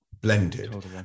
blended